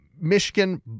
Michigan